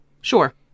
Sure